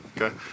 Okay